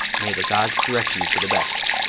may the gods direct you to the best!